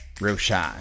Roshan